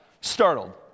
startled